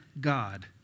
God